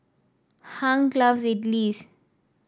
Hank loves Idilis